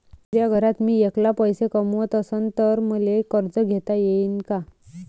पुऱ्या घरात मी ऐकला पैसे कमवत असन तर मले कर्ज घेता येईन का?